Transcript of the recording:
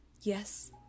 Yes